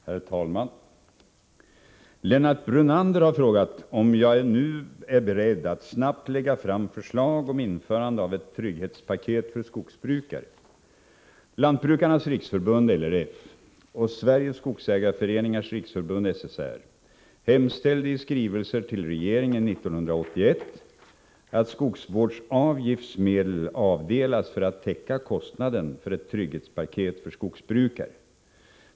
Herr talman! Lennart Brunander har frågat om jag nu är beredd att snabbt lägga fram förslag om införande av ett trygghetspaket för skogsbrukare. Lantbrukarnas riksförbund och Sveriges skogsägareföreningars riksförbund hemställde i skrivelser till regeringen 1981 att skogsvårdsavgiftsmedel avdelas för att täcka kostnaden för ett trygghetspaket för skogsbrukare.